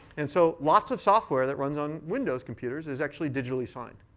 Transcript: and so, lots of software that runs on windows computers is actually digitally signed.